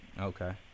Okay